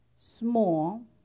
small